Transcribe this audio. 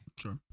Sure